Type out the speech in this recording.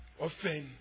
Often